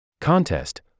Contest